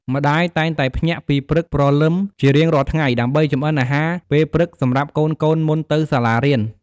ម្តាយតែងតែភ្ញាក់ពីព្រឹកព្រលឹមជារៀងរាល់ថ្ងៃ ដើម្បីចម្អិនអាហារពេលព្រឹកសម្រាប់កូនៗមុនទៅសាលារៀន។